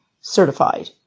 certified